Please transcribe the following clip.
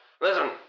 Listen